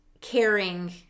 caring